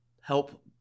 help